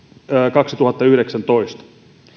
kaksituhattayhdeksäntoista